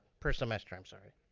per semester i'm sorry.